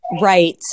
Right